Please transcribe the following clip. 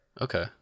Okay